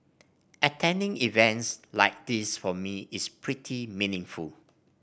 attending events like this for me is pretty meaningful